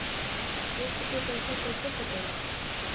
किस्त के पैसा कैसे कटेला?